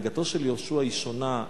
הנהגתו של יהושע היא שונה,